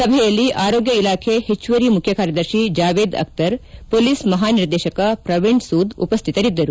ಸಭೆಯಲ್ಲಿ ಆರೋಗ್ಯ ಇಲಾಖೆ ಹೆಚ್ಚುವರಿ ಮುಖ್ಯಕಾರ್ಯದರ್ಶಿ ಜಾವೇದ್ ಅಕ್ತರ್ ಮೊಲೀಸ್ ಮಹಾ ನಿರ್ದೇಶಕ ಪ್ರವೀಣ್ ಸೂದ್ ಉಪಸ್ತಿತರಿದ್ದರು